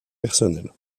personnel